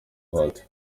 hot